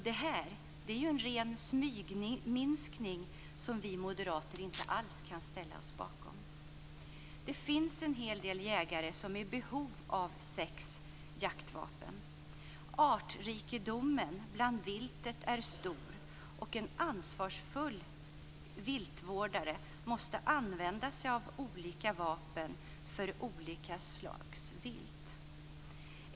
Det här är en ren smygminskning, som vi moderater inte alls kan ställa oss bakom. Det finns en hel del jägare som är i behov av sex jaktvapen. Artrikedomen bland viltet är stor, och en ansvarsfull viltvårdare måste använda sig av olika vapen för olika slags vilt.